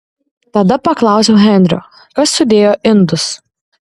tada paklausiau henrio kas sudėjo indus